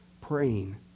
praying